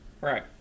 Right